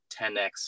10x